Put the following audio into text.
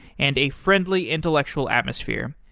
and a friendly intellectual atmosphere.